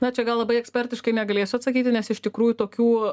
na čia gal labai ekspertiškai negalėsiu atsakyti nes iš tikrųjų tokių